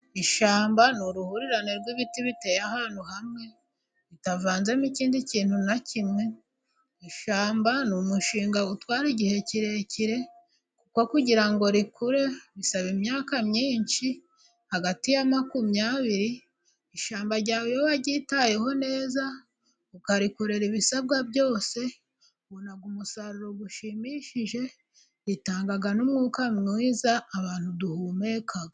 Ishyamba ni uruhurirane rw'ibiti biteye ahantu hamwe, ritavanzemo ikindi kintu na kimwe, ishyamba ni umushinga utwara igihe kirekire, kuko kugira ngo rikure bisaba imyaka myinshi, hagati ya makumyabiri, ishyamba ryawe iyo wa ryitayeho neza ukarikorera ibisabwa byose, ubona umusaruro ushimishije, ritanga n'umwuka mwiza abantu duhumeka.